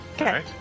Okay